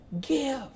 give